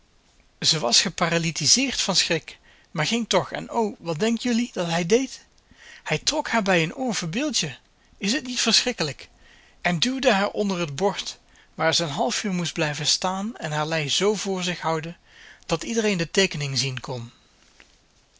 ze was geparalitizeerd van schrik maar ging toch en o wat denk jullie dat hij deed hij trok haar bij een oor verbeeld je is het niet verschrikkelijk en duwde haar onder het bord waar ze een half uur moest blijven staan en haar lei z voor zich houden dat iedereen de teekening zien kon